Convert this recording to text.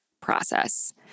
process